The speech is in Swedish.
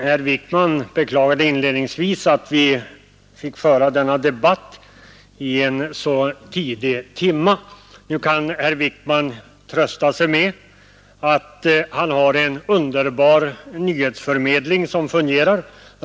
Herr talman! Inledningsvis beklagade herr Wijkman att vi fick föra denna debatt i en så tidig timma. Nu kan herr Wijkman trösta sig med att han har en underbar nyhetsförmedling som fungerar.